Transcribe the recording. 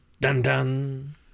Dun-dun